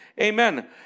Amen